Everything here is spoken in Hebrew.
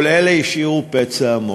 כל אלה השאירו פצע עמוק.